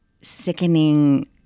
sickening